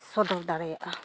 ᱥᱚᱫᱚᱨ ᱫᱟᱲᱮᱭᱟᱜᱼᱟ